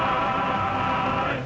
ah